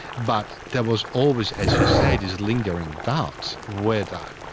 but there was always, as you say, these lingering doubts, whether